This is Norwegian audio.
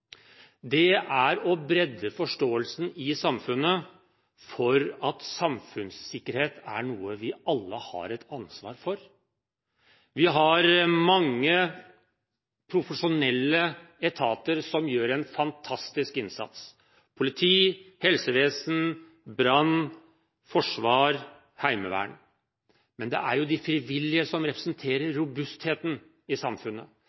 er å bre forståelsen i samfunnet for at samfunnssikkerhet er noe vi alle har et ansvar for. Vi har mange profesjonelle etater som gjør en fantastisk innsats – politi, helsevesen, brann, forsvar, heimevern – men det er de frivillige som representerer robustheten i samfunnet.